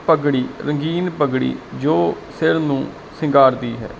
ਪਗੜੀ ਰੰਗੀਨ ਪਗੜੀ ਜੋ ਸਿਰ ਨੂੰ ਸਿੰਗਾਰਦੀ ਹੈ